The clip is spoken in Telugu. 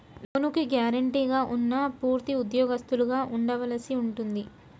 లోనుకి గ్యారెంటీగా ఉన్నా పూర్తి ఉద్యోగస్తులుగా ఉండవలసి ఉంటుంది